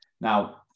now